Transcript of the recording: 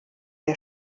der